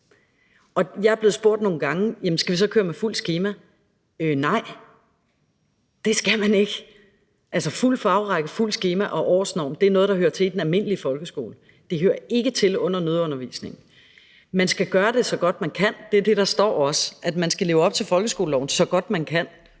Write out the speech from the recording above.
Jeg er blevet spurgt nogle gange: Jamen skal vi så køre med fuldt skema? Nej, det skal man ikke. Fuld fagrække, fuldt skema og årsnorm er noget, der hører til i den almindelige folkeskole. Det hører ikke til i nødundervisningen. Man skal gøre det så godt, man kan. Det er også det, der står. Man skal leve op til folkeskoleloven så godt, man kan.